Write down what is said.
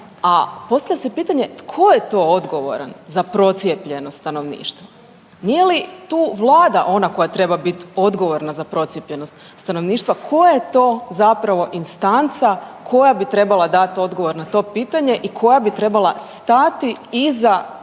a postavlja se pitanje tko je to odgovoran za procijepljenost stanovništva? Nije li tu vlada ona koja treba bit odgovorna za procijepljenost stanovništva? Koja je to zapravo instanca koja bi trebala dat odgovor na to pitanje i koja bi trebala stati iza tog